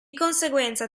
conseguenza